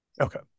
okay